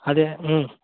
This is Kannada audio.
ಅದೇ ಹ್ಞೂ